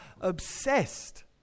obsessed